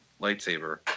lightsaber